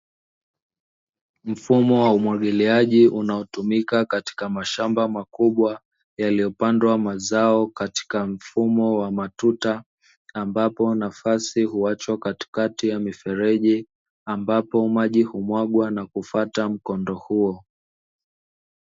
Mfumo wa umwagiliaji unaotumika katika mashamba makubwa, yaliyopandwa mazao katika mfumo wa matuta, ambapo nafasi huachwa katikati ya mifereji ambapo maji humwaga na kufuata mkondo huo.